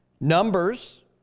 Numbers